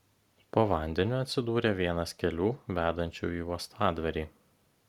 po vandeniu atsidūrė vienas kelių vedančių į uostadvarį